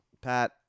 Pat